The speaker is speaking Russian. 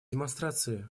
демонстрации